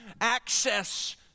access